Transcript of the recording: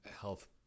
health